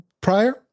prior